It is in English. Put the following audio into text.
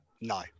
No